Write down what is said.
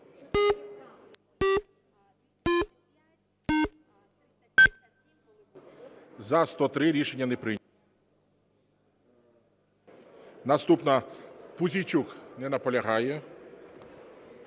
За-103 Рішення не прийнято. Наступна, Пузійчук. Не наполягає.